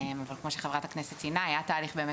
אבל כמו שחברת הכנסת ציינה היה תהליך באמת